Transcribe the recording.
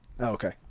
okay